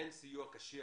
הן סיוע קשיח,